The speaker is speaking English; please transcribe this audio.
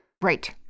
Right